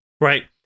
Right